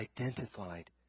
identified